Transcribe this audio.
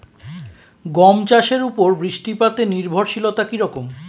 গম চাষের উপর বৃষ্টিপাতে নির্ভরশীলতা কী রকম?